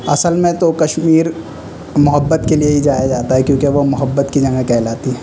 اصل میں تو کشمیر محبت کے لیے ہی جایا جاتا ہے کیونکہ وہ محبت کی جگہ کہلاتی ہے